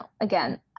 again